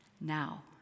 now